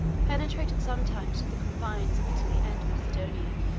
penetrated sometimes to the confines of italy and macedonia,